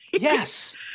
Yes